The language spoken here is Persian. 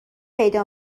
پیدا